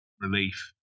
relief